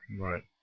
Right